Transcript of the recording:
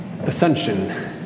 Ascension